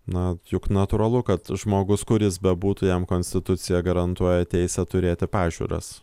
na juk natūralu kad žmogus kur jis bebūtų jam konstitucija garantuoja teisę turėti pažiūras